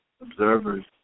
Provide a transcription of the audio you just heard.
observers